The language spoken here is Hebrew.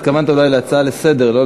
התכוונת אולי להצעה לסדר-היום,